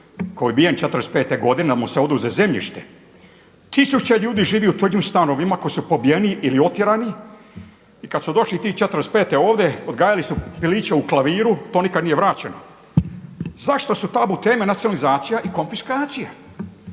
koji je ubijen '45. da mu se oduzme zemljište. Tisuće ljudi živi u tuđim stanovima koji su pobijeni ili otjerani i kada su došli ti '45. ovdje odgajali su piliće u klaviru, to nikad nije vraćeno. Zašto su tabu teme nacionalizacija i konfiskacija?